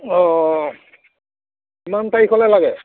অঁ কিমান তাৰিখলে লাগে